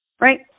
right